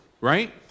right